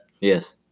Yes